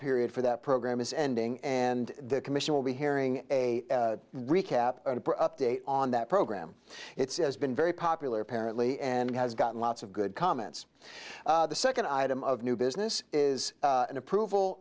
period for that program is ending and the commission will be hearing a recap update on that program it's been very popular apparently and has gotten lots of good comments the second item of new business is an approval